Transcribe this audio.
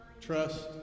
Trust